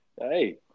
Hey